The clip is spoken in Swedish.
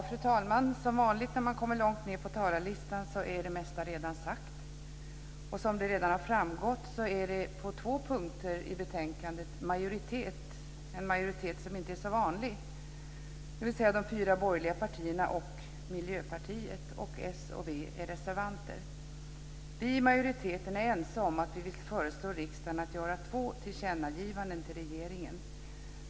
Fru talman! Som vanligt när man kommer långt ned på talarlistan är det mesta redan sagt. Som redan har framgått har vi på två punkter i det här betänkandet en majoritet som inte är så vanlig, dvs. de fyra borgerliga partierna och Miljöpartiet, och s och v är reservanter. Vi i majoriteten är ense om att föreslå riksdagen att göra två tillkännagivanden till regeringen.